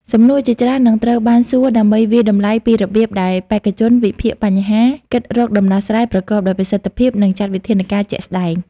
សំណួរជាច្រើននឹងត្រូវបានសួរដើម្បីវាយតម្លៃពីរបៀបដែលបេក្ខជនវិភាគបញ្ហា គិតរកដំណោះស្រាយប្រកបដោយប្រសិទ្ធភាព និងចាត់វិធានការជាក់ស្តែង។